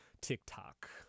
TikTok